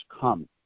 come